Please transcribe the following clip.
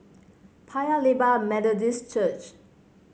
Paya Lebar Methodist Church